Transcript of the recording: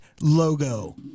Logo